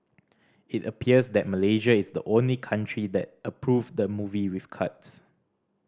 it appears that Malaysia is the only country that approved the movie with cuts